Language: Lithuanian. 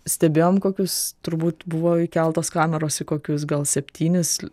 stebėjom kokius turbūt buvo įkeltos kameros į kokius gal septynis